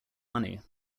money